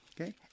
okay